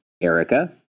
Erica